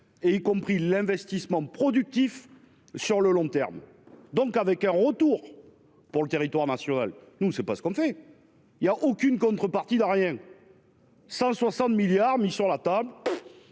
et y compris l'investissement productif sur le long terme, donc avec un retour. Pour le territoire national, nous c'est pas ce qu'on fait. Il y a aucune contrepartie de rien. 160 milliards mis sur la table.